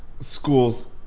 schools